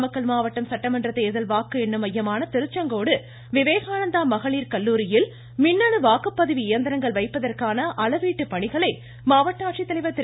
நாமக்கல் மாவட்டம் சட்டமன்ற தேர்தல் வாக்கு எண்ணும் மையமான திருச்செங்கோடு விவேகானந்தா மகளிர் கல்லூரியில் மின்னணு வாக்குப்பதிவு இயந்திரங்கள் வைப்பதற்கான அளவீட்டு பணிகளை மாவட்ட ஆட்சித்தலைவா் திரு